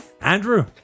Andrew